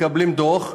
מקבלים דוח,